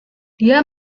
dia